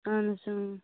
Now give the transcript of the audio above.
اَہن حظ اۭں